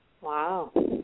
Wow